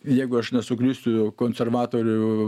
jeigu aš nesuklysiu konservatorių